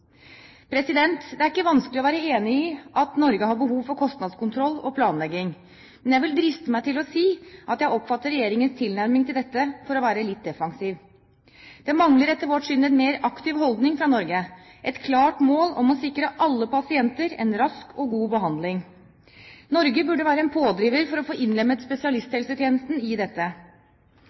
Det er ikke vanskelig å være enig i at Norge har behov for kostnadskontroll og planlegging, men jeg vil driste meg til å si at jeg oppfatter regjeringens tilnærming til dette for å være litt defensiv. Det mangler etter vårt syn en mer aktiv holdning fra Norge – et klart mål om å sikre alle pasienter en rask og god behandling. Norge burde være en pådriver for å få innlemmet spesialisthelsetjenesten i dette.